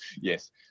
yes